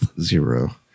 zero